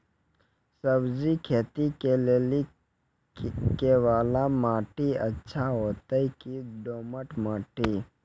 सब्जी खेती के लेली केवाल माटी अच्छा होते की दोमट माटी?